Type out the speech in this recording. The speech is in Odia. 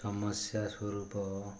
ସମସ୍ୟା ସ୍ୱରୂପ